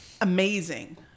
Amazing